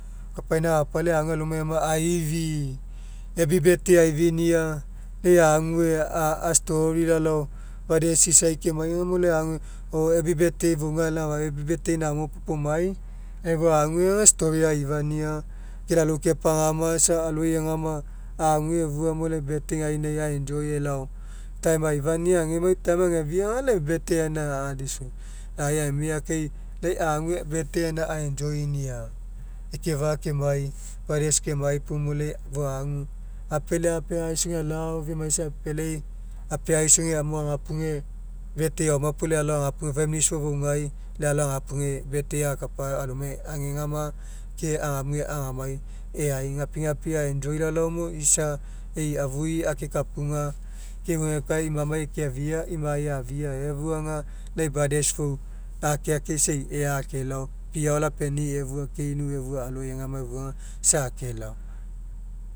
Kapaina akapa lai ague alomai egama aifi happy birthday aifania lai ague a'story laolao brothers isai kemai aga lai ague or happy birthday fouga lau efau happy birthday gaina namo puo pau omai lau fou ague aga story aifania isa aloi egama lai ague efua lai birthday gaina a'enjoy elao time aifania agemai time ageafia aga lai birthday gaina aga dismiss. lai agemia kai lai ague a'enjoy nia ekefa'a kemai brothers kemai puo mo lai fou agu apealai apeaiso alao ifemaisai apealai apeaiso gamo agapuge birthday aoma puo lai alao agapuge families fofougai lai alao agapuge birthday akapa alomai agegama ke agamue agamai e'ai gapigapi a'enjoy laolao mo isa e'i afui akekapuga keuegekae imamai keafia imai afia efua aga lai brothers fou akeake isa e'u ea akelao pia ao lapenii efua keinu efua aloi agegama efua isa akelao.